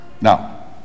Now